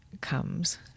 comes